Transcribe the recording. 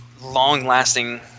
long-lasting